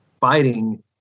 fighting